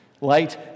Light